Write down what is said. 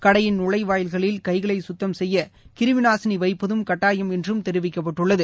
கடையின் நுழைவாயில்களில் கைகளை குத்தம் செய்ய கிருமிநாசினி வைப்பதும் கட்டாயம் என்றும் தெரிவிக்கப்பட்டுள்ளது